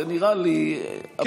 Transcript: כל, זה נראה לי אבסורד.